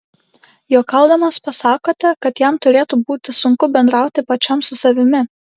juokaudamas pasakote kad jam turėtų būti sunku bendrauti pačiam su savimi